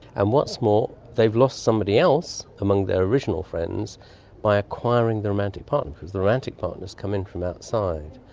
and what's more they have lost somebody else among their original friends by acquiring the romantic partner, because the romantic partner has come in from outside.